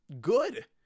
good